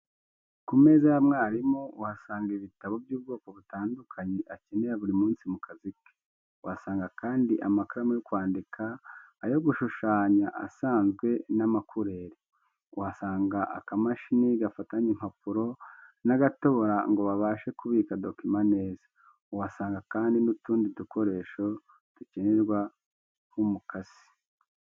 Ku meza ya mwarimu uhasanga ibitabo by'ubwoko butandukanye akenera buri munsi mu kazi ke. Uhasanga kandi amakaramu yo kwandika, ayo gushushanya asanzwe n'ama kureri, uhasanga aka mashini gafatanya impapuro n'agatobora ngo babashe kubika dokima neza. Uhasanga kandi n'utundi dukoresho dukenerwa nk'umukasi